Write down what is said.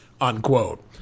unquote